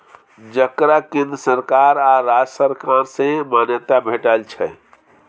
जकरा केंद्र सरकार आ राज्य सरकार सँ मान्यता भेटल छै